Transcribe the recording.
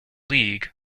league